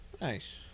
Nice